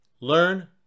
learn